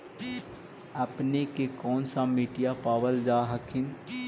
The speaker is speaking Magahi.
अपने के कौन सा मिट्टीया पाबल जा हखिन?